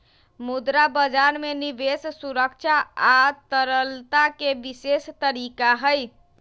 मुद्रा बजार में निवेश सुरक्षा आ तरलता के विशेष तरीका हई